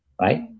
right